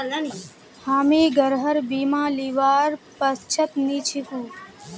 हामी गृहर बीमा लीबार पक्षत नी छिकु